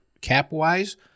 cap-wise